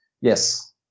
Yes